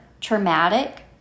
traumatic